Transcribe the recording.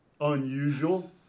unusual